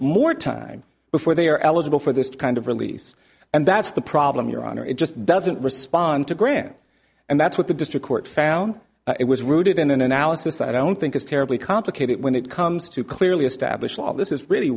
more time before they are eligible for this kind of release and that's the problem your honor it just doesn't respond on to grand and that's what the district court found it was rooted in an analysis that i don't think is terribly complicated when it comes to clearly establish law this is really